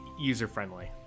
user-friendly